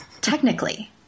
technically